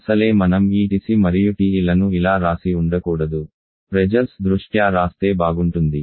అసలే మనం ఈTC మరియు TE లను ఇలా రాసి ఉండకూడదు ప్రెజర్స్ దృష్ట్యా రాస్తే బాగుంటుంది